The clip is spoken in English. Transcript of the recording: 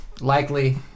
likely